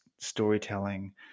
storytelling